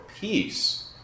peace